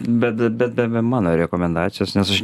bet bet be mano rekomendacijos nes aš